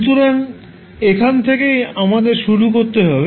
সুতরাং এখান থেকেই আমাদের শুরু করতে হবে